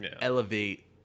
elevate